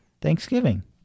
Thanksgiving